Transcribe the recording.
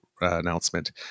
announcement